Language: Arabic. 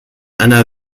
أنا